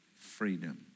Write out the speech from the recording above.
freedom